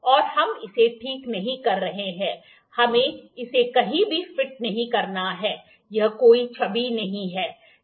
और हम इसे ठीक नहीं कर रहे हैं हमें इसे कहीं भी फिट नहीं करना है यह कोई चाबी नहीं है